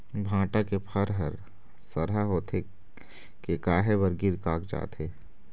भांटा के फर हर सरहा होथे के काहे बर गिर कागजात हे?